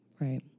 Right